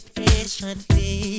patiently